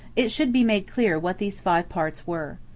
it should be made clear what these five parts were.